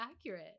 accurate